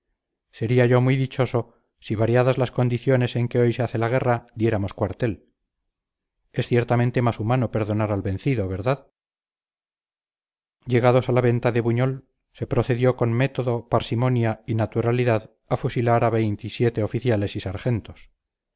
sería yo muy dichoso si variadas las condiciones en que hoy se hace la guerra diéramos cuartel es ciertamente más humano perdonar al vencido verdad llegados a la venta de buñol se procedió con método parsimonia y naturalidad a fusilar a veintisiete oficiales y sargentos